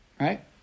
Right